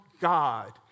God